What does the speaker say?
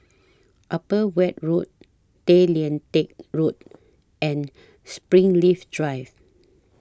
Upper Weld Road Tay Lian Teck Road and Springleaf Drive